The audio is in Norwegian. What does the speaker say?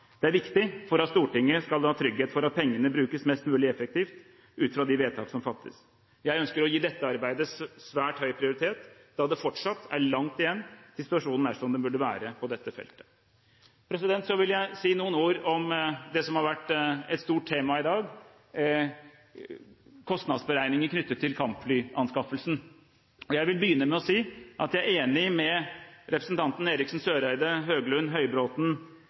er viktig for at Stortinget skal ha trygghet for at pengene brukes mest mulig effektivt, ut fra de vedtak som fattes. Jeg ønsker å gi dette arbeidet svært høy prioritet, da det fortsatt er langt igjen til situasjonen er som den burde være på dette feltet. Så vil jeg si noen ord om det som har vært et stort tema i dag, kostnadsberegninger knyttet til kampflyanskaffelsen. Jeg vil begynne med å si at jeg er enig med representantene Eriksen Søreide, Høglund, Høybråten,